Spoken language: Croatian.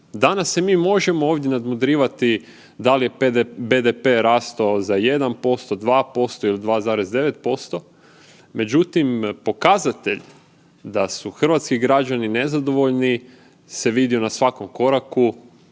Danas se mi možemo ovdje nadmudrivati da li je BDP rastao za 1%, 2% ili 2,9% međutim, pokazatelj da su hrvatski građani nezadovoljni se vidio na svakom koraku